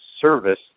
service